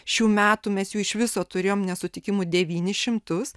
šių metų mes jų iš viso turėjom nesutikimų devynis šimtus